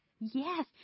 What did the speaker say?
Yes